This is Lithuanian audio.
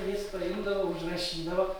ir jis paimdavo užrašydavo